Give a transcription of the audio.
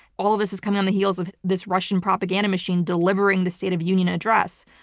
all of this is coming on the heels of this russian propaganda machine delivering the state of union address.